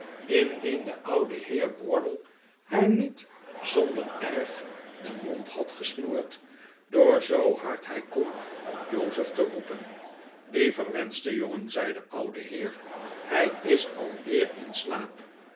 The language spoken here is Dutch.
indien de oude heer wardle haar niet zonder erg den mond had gesnoerd door zoo hard hij kon dm jozef te roepen die verwenschte jongen zei de dude heer hij is alweer in slaap